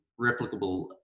Replicable